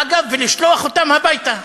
אגב, ולשלוח אותם הביתה.